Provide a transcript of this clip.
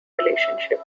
relationship